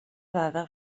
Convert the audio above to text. dada